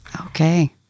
Okay